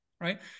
right